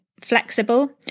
flexible